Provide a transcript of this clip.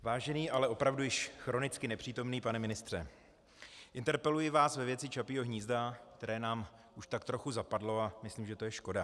Vážený, ale opravdu již chronicky nepřítomný pane ministře, interpeluji vás ve věci Čapího hnízda, které nám už tak trochu zapadlo, a myslím, že to je škoda.